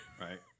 Right